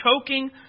choking